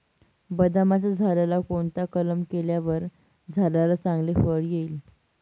बदामाच्या झाडाला कोणता कलम केल्यावर झाडाला चांगले फळ येईल?